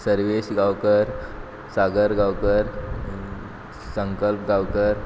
Sarvesh Gaonkar Sagar Gaonkar Sankalp Gaonkar